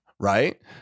Right